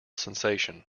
sensation